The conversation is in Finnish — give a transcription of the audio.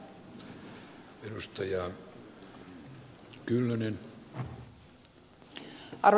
arvoisa herra puhemies